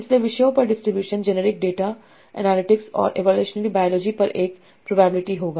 इसलिए विषयों पर डिस्ट्रीब्यूशन जेनेटिक्स डेटा एनालिटिक्स और एवॉल्शनरी बायोलॉजी पर एक प्रोबेबिलिटी होगा